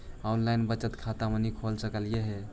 Online बचत खाता हमनी खोल सकली हे?